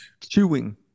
chewing